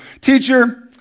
Teacher